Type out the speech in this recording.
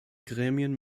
gremien